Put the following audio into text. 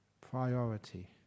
Priority